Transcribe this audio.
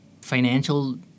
financial